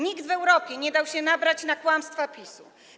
Nikt w Europie nie dał się nabrać na kłamstwa PiS-u.